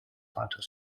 vaters